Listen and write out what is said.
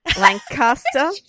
Lancaster